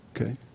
Okay